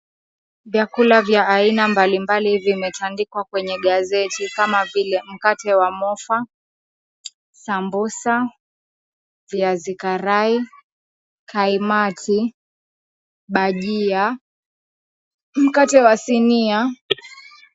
Vyakula vya aina mbalimbali vimetandikwa kwenye gazeti kama vile mkate wa mofa , sambusa, viazi karai, kaimati, bajia, mkate wa sinia.